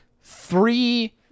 three